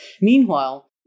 Meanwhile